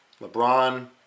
LeBron